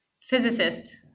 Physicist